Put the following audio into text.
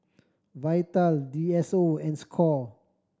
Vital D S O and score